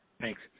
Thanks